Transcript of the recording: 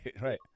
right